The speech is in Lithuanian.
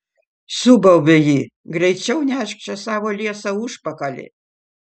subaubė ji greičiau nešk čia savo liesą užpakalį